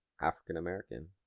African-American